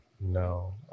no